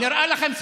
נראה לכם סביר?